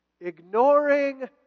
ignoring